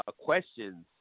questions